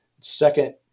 second